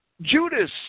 Judas